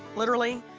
literally,